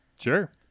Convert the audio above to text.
sure